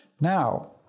Now